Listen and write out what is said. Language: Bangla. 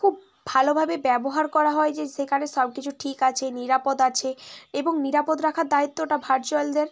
খুব ভালোভাবে ব্যবহার করা হয় যে সেখানে সব কিছু ঠিক আছে নিরাপদ আছে এবং নিরাপদ রাখার দায়িত্বটা ভার্চুয়ালদের